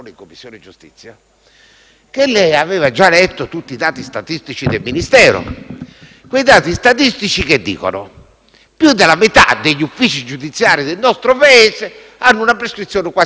che lei avesse già letto tutti i dati statistici del Ministero, i quali dicono che più della metà degli uffici giudiziari del nostro Paese ha una prescrizione quasi pari a zero.